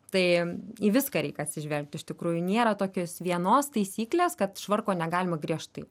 tai į viską reik atsižvelgt iš tikrųjų nėra tokios vienos taisyklės kad švarko negalima griežtai